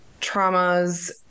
traumas